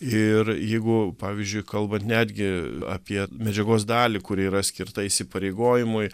ir jeigu pavyzdžiui kalbant netgi apie medžiagos dalį kuri yra skirta įsipareigojimui